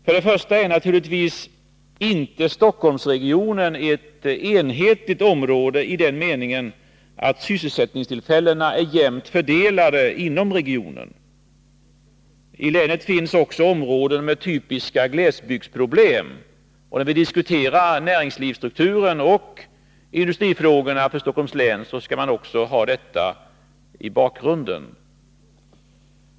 För det första är naturligtvis inte Stockholmsregionen ett enhetligt område iden meningen att sysselsättningstillfällena är jämt fördelade inom regionen. I länet finns också områden med typiska glesbygdsproblem, och när vi diskuterar näringslivsstrukturen och industrifrågorna för Stockholms län bör vi också ha detta i bakgrunden.